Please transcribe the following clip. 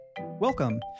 welcome